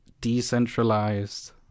decentralized